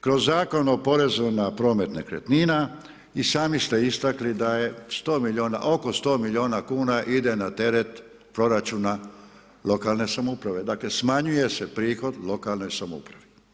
Kroz Zakon o porezu na promet nekretnina i sami ste istakli da je oko 100 milijuna kuna ide na teret proračuna lokalne samouprave, dakle smanjuje se prihod lokalne samouprave.